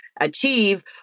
achieve